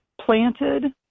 planted